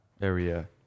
area